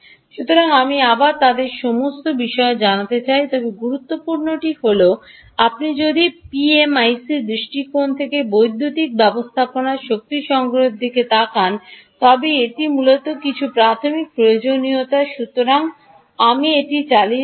সুতরাং আমি আবার তাদের সমস্তের বিষয়ে জানতে চাই না তবে গুরুত্বপূর্ণটি হল আপনি যদি পিএমআইসি দৃষ্টিকোণ থেকে বিদ্যুৎ ব্যবস্থাপনার শক্তি সংগ্রহের দিকে তাকান তবে এগুলি মূলত কিছু প্রাথমিক প্রয়োজনীয়তা সুতরাং আমি এটি চালিয়ে যাব